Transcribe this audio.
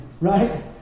right